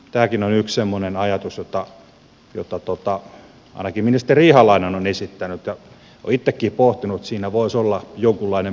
tämäkin on yksi semmoinen ajatus jota ainakin ministeri ihalainen on esittänyt ja olen itsekin pohtinut että siinä voisi olla jonkunlainen pointti